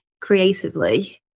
creatively